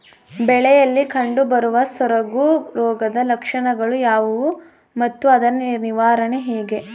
ಬೆಳೆಯಲ್ಲಿ ಕಂಡುಬರುವ ಸೊರಗು ರೋಗದ ಲಕ್ಷಣಗಳು ಯಾವುವು ಮತ್ತು ಅದರ ನಿವಾರಣೆ ಹೇಗೆ?